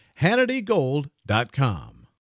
HannityGold.com